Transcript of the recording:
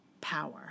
power